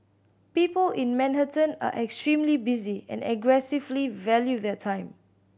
people in Manhattan are extremely busy and aggressively value their time